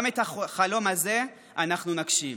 גם את החלום הזה אנחנו נגשים.